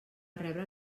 rebre